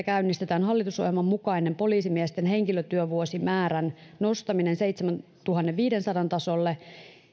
käynnistetään hallitusohjelman mukainen poliisimiesten henkilötyövuosimäärän nostaminen seitsemäntuhannenviidensadan tasolle